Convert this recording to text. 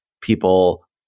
people